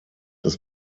des